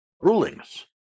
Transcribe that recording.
rulings